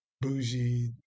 bougie